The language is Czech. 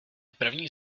první